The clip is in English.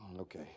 Okay